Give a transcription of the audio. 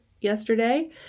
yesterday